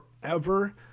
forever